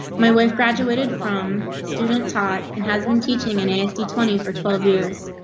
my wife graduated from student taught and has been teaching an asd twenty for twelve years.